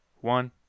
one